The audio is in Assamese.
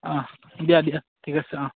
অঁ দিয়া দিয়া ঠিক আছে অঁ